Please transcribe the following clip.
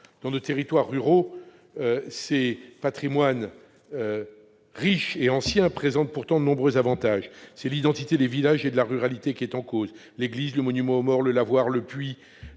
Dans nos territoires ruraux, ces patrimoines riches et anciens présentent pourtant de nombreux avantages. C'est l'identité des villages et de la ruralité qui est en cause : l'église, le monument aux morts, le lavoir, le puits,